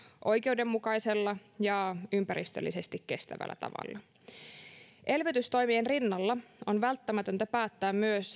oikeudenmukaisella ja ympäristöllisesti kestävällä tavalla elvytystoimien rinnalla on välttämätöntä päättää